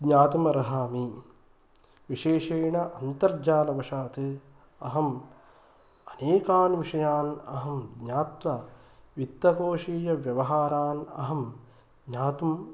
ज्ञातुम् अर्हामि विशेषेण अन्तर्जालवशात् अहम् अनेकान् विषयान् अहं ज्ञात्वा वित्तकोषीयव्यवहारान् अहं ज्ञातुम्